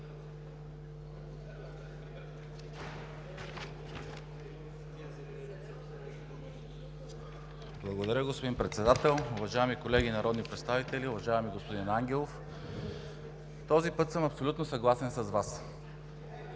Благодаря, господин Председател. Уважаеми колеги народни представители! Уважаеми господин Ангелов, този път съм абсолютно съгласен с Вас,